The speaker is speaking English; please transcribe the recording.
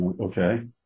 okay